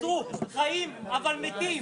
שחזרו חיים אבל מתים.